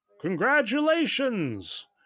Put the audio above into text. Congratulations